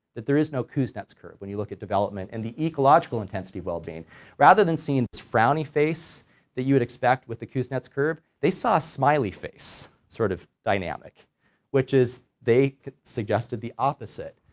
that there is no kuznets curve when you look at development and the ecological intensity well-being rather than seeing this frowny face that you would expect with the kuznets curve, they saw a smiley face sort of dynamic which is they suggested the opposite,